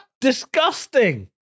Disgusting